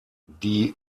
die